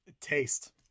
Taste